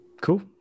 cool